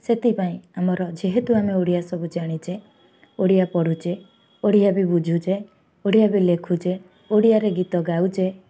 ସେଥିପାଇଁ ଆମର ଯେହେତୁ ଆମେ ଓଡ଼ିଆ ସବୁ ଜାଣିଛେ ଓଡ଼ିଆ ପଢ଼ୁଛେ ଓଡ଼ିଆ ବି ବୁଝୁଛେ ଓଡ଼ିଆ ବି ଲେଖୁଛେ ଓଡ଼ିଆରେ ଗୀତ ଗାଉଛେ